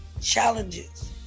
challenges